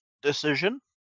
decision